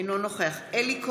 אינו נוכח אלי כהן,